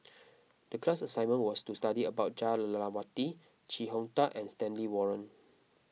the class assignment was to study about Jah Lelawati Chee Hong Tat and Stanley Warren